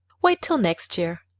wait till next year,